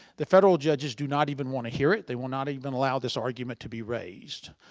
the federal judges do not even want to hear it. they will not even allow this argument to be raised.